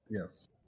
Yes